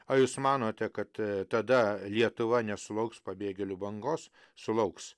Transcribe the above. ar jūs manote kad tada lietuva nesulauks pabėgėlių bangos sulauks